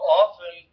often